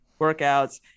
workouts